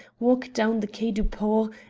walk down the quai du port,